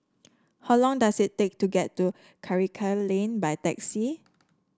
how long does it take to get to Karikal Lane by taxi